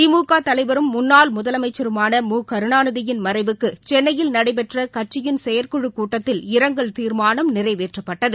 திமுகதலைவரும் முன்னாள் முதலமைச்சருமான மு கருணாநியின் மறைவுக்குசென்னையில் நடைபெற்றகட்சியின் செயற்குழுக் கூட்டத்தில் இரங்கல் தீர்மானம் நிறைவேற்றப்பட்டது